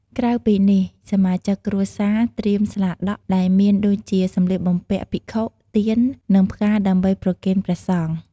ក្រៅពីនេះ សមាជិកគ្រួសារត្រៀមស្លាដក់ ដែលមានដូចជាសម្លៀកបំពាក់ភិក្ខុ ទៀន និងផ្កាដើម្បីប្រគេនព្រះសង្ឃ។